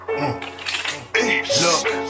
Look